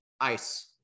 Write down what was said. ice